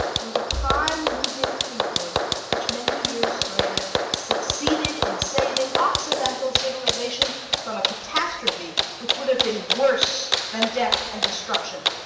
were the prime moving influence which many years later succeeded in saving occidental civilization from a catastrophe which would have been worse than death and destruction.